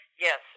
Yes